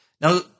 Now